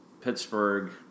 Pittsburgh